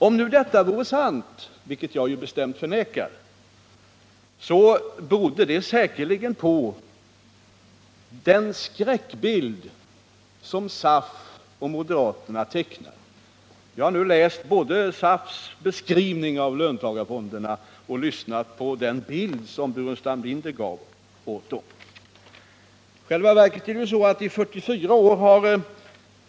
Om nu detta är sant — vilket jag bestämt förnekar — beror det säkerligen på den skräckbild som SAF och moderaterna har tecknat. Jag har nu både läst SAF:s beskrivning av löntagarfonderna och lyssnat på den bild som Staffan Burenstam Linder gav av dem.